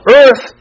earth